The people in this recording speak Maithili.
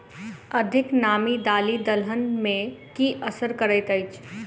अधिक नामी दालि दलहन मे की असर करैत अछि?